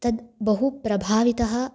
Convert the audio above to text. तद् बहु प्रभावितः